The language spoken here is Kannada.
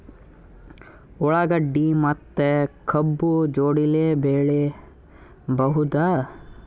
ಉಳ್ಳಾಗಡ್ಡಿ ಮತ್ತೆ ಕಬ್ಬು ಜೋಡಿಲೆ ಬೆಳಿ ಬಹುದಾ?